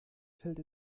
fällt